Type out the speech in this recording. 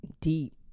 Deep